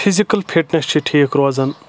physical fitness چھِ ٹھیٖک روزَان